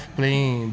playing